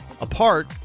apart